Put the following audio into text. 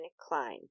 Klein